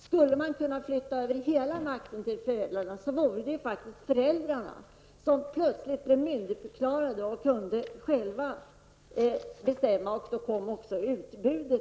Om man kunde flytta över hela makten till föräldrarna skulle de plötsligt bli myndigförklarade och själva kunna bestämma, och därmed kommer också utbudet.